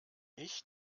ich